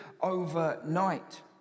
overnight